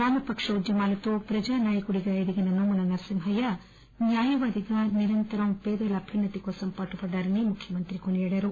వామపక్ష ఉద్యమాలతో ప్రజా నాయకునిగా ఎదిగిన నోముల నర్సింహయ్య న్యాయవాదిగా నిరంతరం పేదల అభ్యున్నతి కోసం పాటుపడ్డారని ముఖ్యమంత్రి కేసీఆర్ కొనియాడారు